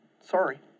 sorry